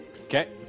Okay